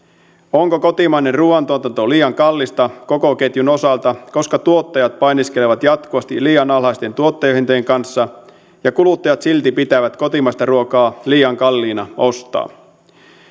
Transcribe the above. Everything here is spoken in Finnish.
onko kotimainen ruuantuotanto liian kallista koko ketjun osalta koska tuottajat painiskelevat jatkuvasti liian alhaisten tuottajahintojen kanssa ja kuluttajat silti pitävät kotimaista ruokaa liian kalliina ostaa